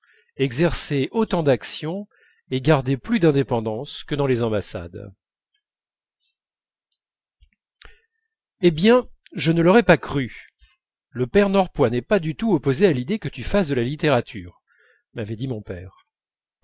exercer autant d'action et garder plus d'indépendance que dans les ambassades hé bien je ne l'aurais pas cru le père norpois n'est pas du tout opposé à l'idée que tu fasses de la littérature m'avait dit mon père